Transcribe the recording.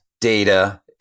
data